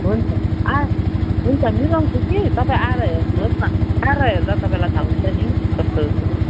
हुन्छ आ हुन्छ मिलाउँछु कि तपाईँ आएर हेर्नुहोस् न आएर हेर्दा तपाईँलाई थाह हुन्छ नि कस्तो कस्तो